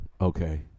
Okay